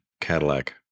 Cadillac